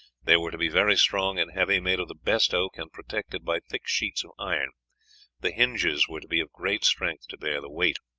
they were to be very strong and heavy, made of the best oak, and protected by thick sheets of iron the hinges were to be of great strength to bear the weight.